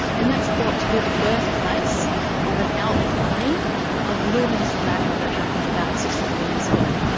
and that's thought to be the birthplace of an outpouring of luminous magma that happened about sixty million years ago.